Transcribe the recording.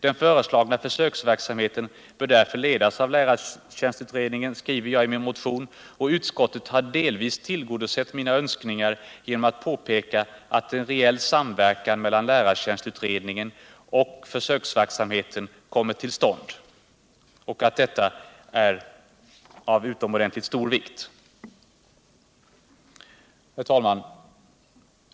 Den föreslagna försöksverksamheten bör därför ledas av lärartjänstutredningen, skriver jag i min motion, och utskottet har delvis tillgodosett mina önskningar genom att påpeka att det enligt utskottets mening är av utomordentligt stor vikt att en reell samverkan mellan lärartjänstutredningen och försöksverksamheten kommer till stånd. Herr talman!